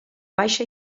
baixa